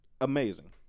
Amazing